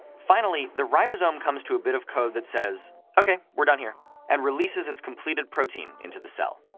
finally, the ribosome comes to a bit of code that says ok, we're done here and releases its completed protein into the cell.